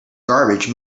garbage